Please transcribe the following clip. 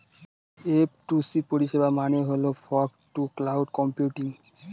F two C পরিষেবা মানে হল ফগ টু ক্লাউড কম্পিউটিং